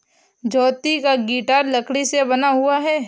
ज्योति का गिटार लकड़ी से बना हुआ है